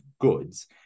goods